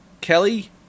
Kelly